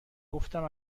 گفتم